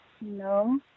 No